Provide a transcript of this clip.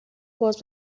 باز